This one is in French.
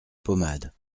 pommade